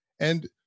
And-